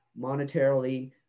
monetarily